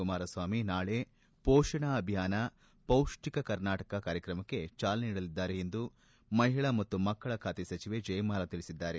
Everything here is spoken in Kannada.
ಕುಮಾರಸ್ವಾಮಿ ನಾಳೆ ಪೋಷಣಾ ಅಭಿಯಾನ ಪೌಷ್ಠಿಕ ಕರ್ನಾಟಕ ಕಾರ್ಯಕ್ರಮಕ್ಕೆ ಚಾಲನೆ ನೀಡಲಿದ್ದಾರೆ ಎಂದು ಮಹಿಳಾ ಮತ್ತು ಮಕ್ಕಳ ಖಾತೆ ಸಚಿವೆ ಜಯಮಾಲ ತಿಳಿಸಿದ್ದಾರೆ